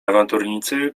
awanturnicy